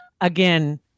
Again